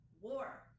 war